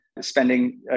spending